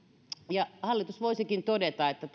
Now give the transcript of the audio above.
ja hallitus voisikin todeta että